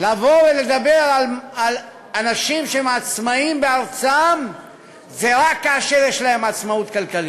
לבוא ולדבר על אנשים שהם עצמאים בארצם זה רק כאשר יש להם עצמאות כלכלית.